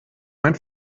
mein